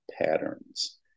patterns